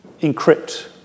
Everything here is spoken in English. encrypt